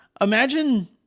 imagine